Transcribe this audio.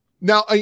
Now